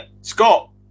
Scott